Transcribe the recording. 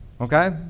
Okay